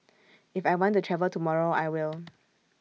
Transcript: if I want to travel tomorrow I will